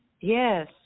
Yes